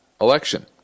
election